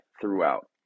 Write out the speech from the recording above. throughout